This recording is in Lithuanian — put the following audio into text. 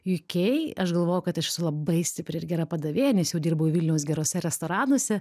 uk aš galvojau kad aš labai stipri ir gera padavėja nes jau dirbau vilniaus geruose restoranuose